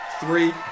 three